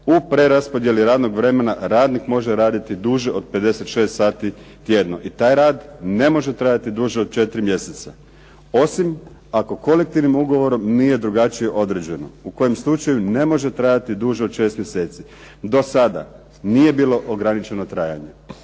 u preraspodjeli radnog vremena radnik može raditi duže od 56 sati tjedno, i taj rad ne može trajati duže od 4 mjeseca. Osim ako kolektivnim ugovorom nije drugačije određeno, u kojem slučaju ne može trajati od 6 mjeseci. Do sada nije bilo ograničeno trajanje.